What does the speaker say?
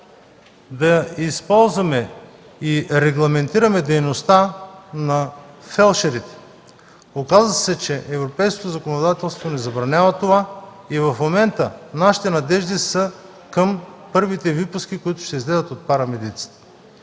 да използваме и регламентираме дейността на фелдшерите. Оказа се, че европейското законодателство ни забранява това и в момента надеждите ни са към първите випуски, които ще излязат от парамедиците.